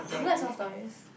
you like soft toys